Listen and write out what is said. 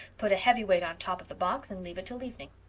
put a heavy weight on top of the box and leave it till evening.